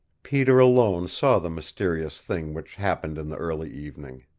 peter alone saw the mysterious thing which happened in the early evening.